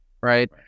right